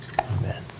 Amen